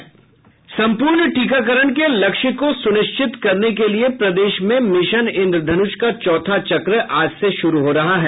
संपूर्ण टीकाकरण के लक्ष्य को सुनिश्चित करने के लिये प्रदेश में मिशन इंद्रधनुष का चौथा चक्र आज से शुरू हो रहा है